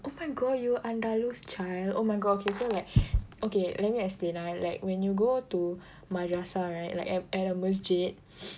oh my god you Andalus child oh my god okay so like okay let me explain ah like when you go to madrasah right like at at a masjid